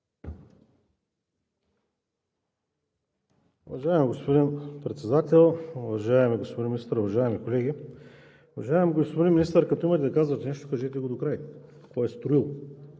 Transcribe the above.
Уважаеми господин Председател, уважаеми господин Министър, уважаеми колеги! Уважаеми господин Министър, като имате да казвате нещо кажете го докрай. Кой е строил?